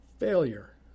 Failure